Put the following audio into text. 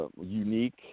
unique